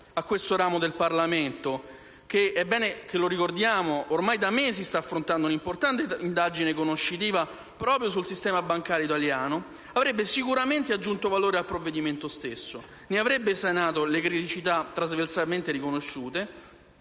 a questo ramo del Parlamento che, è bene ricordarlo, ormai da mesi sta affrontando una importante indagine conoscitiva proprio sul sistema bancario italiano, avrebbe sicuramente aggiunto valore al provvedimento stesso, ne avrebbe sanato le criticità trasversalmente riconosciute